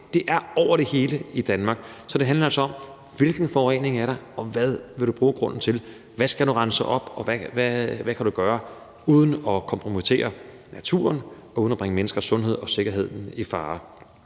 det er over det hele i Danmark, og det handler altså om, hvilken forurening der er, og hvad man vil bruge grunden til. Hvad skal du rense op, og hvad kan du gøre uden at kompromittere naturen og uden at bringe menneskers sundhed og sikkerhed i fare?